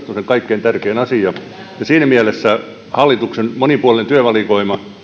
kaikkein tärkein asia siinä mielessä hallituksen monipuolinen keinovalikoima